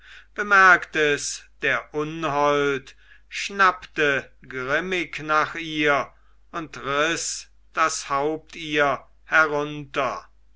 bemerkt es der unhold schnappte grimmig nach ihr und riß das haupt ihr herunter